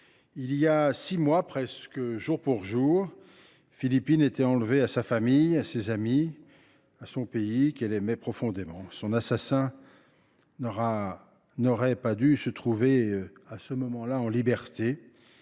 il y a six mois, presque jour pour jour, Philippine était enlevée à sa famille, à ses amis, à son pays, qu’elle aimait profondément. Son assassin n’aurait pas dû se trouver en liberté,